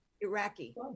iraqi